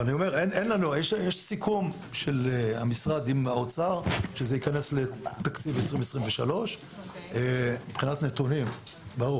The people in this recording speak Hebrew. יש סיכום עם משרד האוצר שזה ייכנס לתקציב 2023. ברוך ידבר על הנתונים.